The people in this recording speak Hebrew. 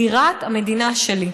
בירת המדינה שלי.